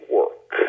work